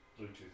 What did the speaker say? Bluetooth